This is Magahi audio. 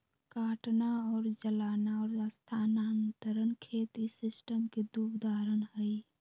काटना और जलाना और स्थानांतरण खेत इस सिस्टम के दु उदाहरण हई